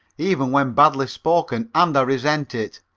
even when badly spoken, and resent it.